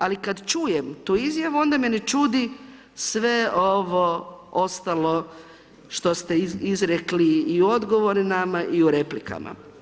Ali kada čujem tu izjavu, onda me ne čudi sve ovo ostalo što ste izrekli i u odgovoru nama i u replikama.